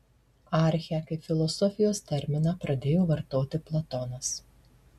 archę kaip filosofijos terminą pradėjo vartoti platonas